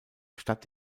statt